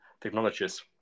technologies